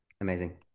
Amazing